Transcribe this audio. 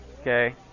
okay